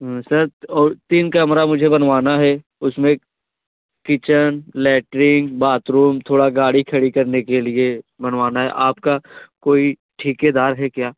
sir और तीन कमरा मुझे बनवाना है उसमें किचन लैट्रिन बाथरूम थोड़ा गाड़ी खड़ी करने के लिए बनवाना है आपका कोई ठेकेदार है क्या